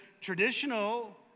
traditional